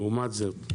לעומת זאת,